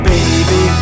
Baby